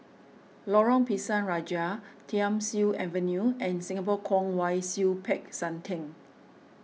Lorong Pisang Raja Thiam Siew Avenue and Singapore Kwong Wai Siew Peck San theng